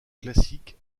classique